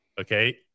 okay